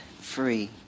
free